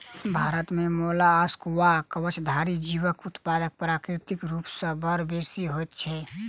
भारत मे मोलास्कक वा कवचधारी जीवक उत्पादन प्राकृतिक रूप सॅ बड़ बेसि होइत छै